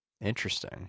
Interesting